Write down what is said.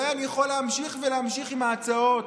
ואני יכול להמשיך ולהמשיך עם ההצעות